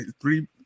three